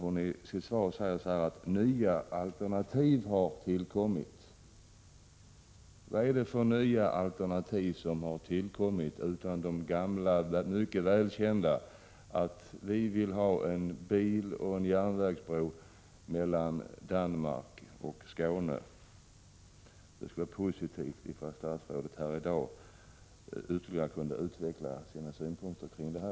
Hon säger i svaret att ”nya alternativ kommit upp”. Vad är det för nya alternativ, utöver de gamla välkända om att vi vill ha en biloch järnvägsbro mellan Danmark och Skåne? Det skulle vara positivt om statsrådet här kunde utveckla sina synpunkter ytterligare på detta.